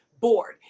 bored